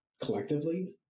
collectively